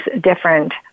different